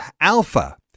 Alpha